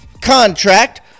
contract